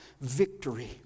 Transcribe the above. victory